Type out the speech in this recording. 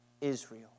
Israel